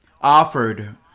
offered